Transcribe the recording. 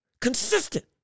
Consistent